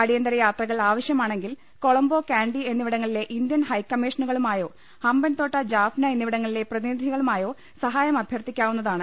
അടിയന്തര യാത്രകൾ ആവശ്യമാണെ ങ്കിൽ കൊളംബോ കാൻഡി എന്നിവിടങ്ങളിലെ ഇന്ത്യൻ ഹൈക്ക മ്മീഷനുകളുമായോ ഹമ്പൻതോട്ട ജാഫ്ന എന്നിവിടങ്ങളിലെ പ്രതിനിധികളുമായോ സഹായം അഭ്യർത്ഥിക്കാവുന്നതാണ്